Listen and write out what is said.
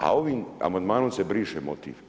A ovim amandmanom se briše motiv.